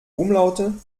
umlaute